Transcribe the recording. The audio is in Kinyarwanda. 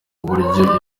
uburyo